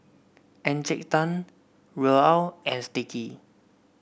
Encik Tan Raoul and Sticky